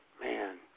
man